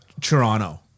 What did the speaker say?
Toronto